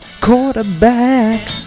quarterback